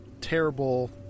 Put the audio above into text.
terrible